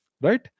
right